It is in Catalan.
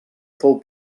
fou